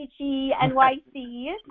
NYC